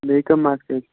بیٚیہِ کَم ماسکہٕ حظ